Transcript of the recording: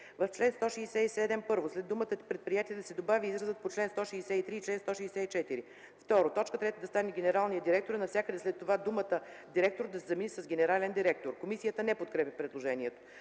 „В чл. 167: 1. след думата „предприятия” да се добави изразът „по чл. 163 и чл. 164”. 2. т. 3 да стане „генералният директор” и навсякъде след това думата „ директор” да се замени с „генерален директор”. Комисията не подкрепя предложението.